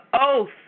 oath